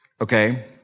Okay